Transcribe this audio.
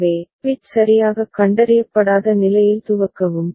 எனவே பிட் சரியாகக் கண்டறியப்படாத நிலையில் துவக்கவும்